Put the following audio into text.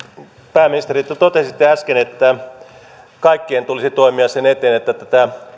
pääministeri te totesitte äsken että kaikkien tulisi toimia sen eteen että tätä